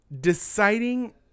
deciding